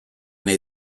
nahi